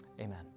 amen